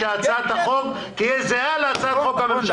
הצעת החוק --- אבל הסכמתם שהצעת החוק תהיה זהה להצעת החוק הממשלתית